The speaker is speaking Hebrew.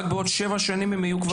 רק בעוד שבע שנים הם יהיו.